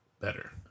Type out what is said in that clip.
better